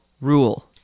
rule